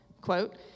Quote